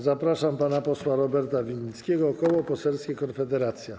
Zapraszam pana posła Roberta Winnickiego, Koło Poselskie Konfederacja.